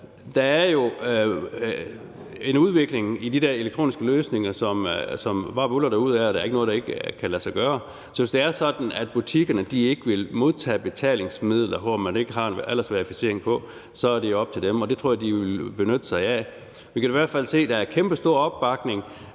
Der er jo en udvikling i de der elektroniske løsninger, som bare buldrer derudad, og der er ikke noget, der ikke kan lade sig gøre. Så hvis det er sådan, at butikkerne ikke vil modtage betalingsmidler, som der ikke er en aldersverificering på, er det jo op til dem. Det tror jeg de vil benytte sig af. Vi kan i hvert fald se, at der er kæmpestor opbakning